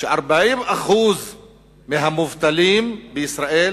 ש-40% מהמובטלים בישראל